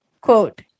Quote